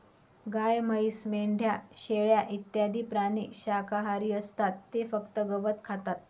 गाय, म्हैस, मेंढ्या, शेळ्या इत्यादी प्राणी शाकाहारी असतात ते फक्त गवत खातात